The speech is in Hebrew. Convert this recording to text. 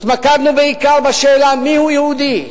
התמקדנו בעיקר בשאלה מיהו יהודי,